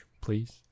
please